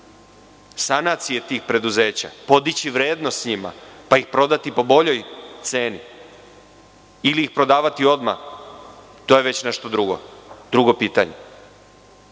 sanacije tih preduzeća, podići vrednost njima, pa ih prodati po boljoj ceni, ili ih prodavati odmah? To je već nešto drugo, drugo pitanje. Istina